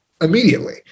Immediately